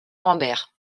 rambert